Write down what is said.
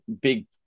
big